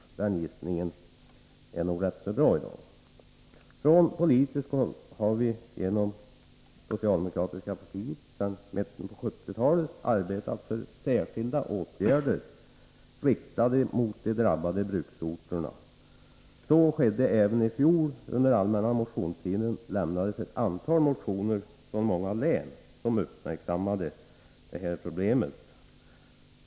I dag är det nog en rätt så bra gissning. Från politiskt håll har vi genom det socialdemokratiska partiet sedan mitten av 1970-talet arbetat för särskilda åtgärder riktade mot de drabbade bruksorterna. Så skedde även i fjol. Under den allmänna motionstiden avlämnades ett antal motioner från många län, i vilka det här problemet uppmärksammades.